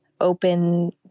open